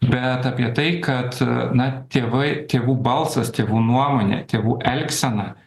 bet apie tai kad na tėvai tėvų balsas tėvų nuomonė tėvų elgsena